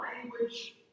language